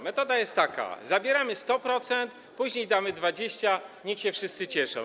Metoda jest taka: zabieramy 100%, później damy 20%, niech się wszyscy cieszą.